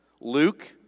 Luke